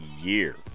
year